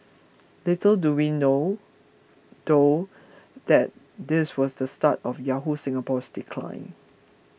little do we know though that this was the start of Yahoo Singapore's decline